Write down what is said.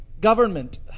Government